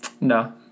No